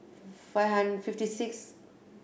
five hundred fifty six